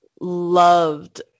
loved